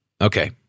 okay